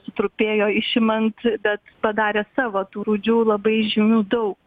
sutrupėjo išimant bet padarė savo tų rūdžių labai žymių daug